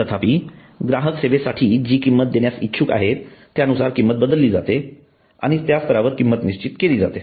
तथापि ग्राहक सेवांसाठी जी किंमत देण्यास इच्छुक आहेत त्यानुसार किंमत बदलली जाते आणि त्या स्तरावर किंमत निश्चित केली जाते